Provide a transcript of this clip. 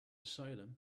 asylum